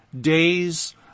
days